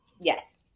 Yes